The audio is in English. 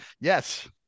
Yes